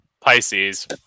Pisces